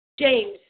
James